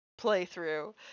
playthrough